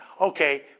Okay